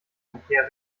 umher